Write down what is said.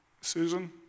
Susan